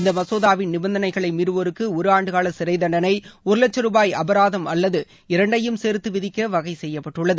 இந்த மசோதாவின் நிபந்தைகளை மீறுவோருக்கு ஒரு ஆண்டுகால சிறைத்தண்டனை ஒரு வட்ச ரூபாய் அபராதம் அல்லது இரண்டையும் சேர்த்து விதிக்க வகை செய்யப்பட்டுள்ளது